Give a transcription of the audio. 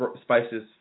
spices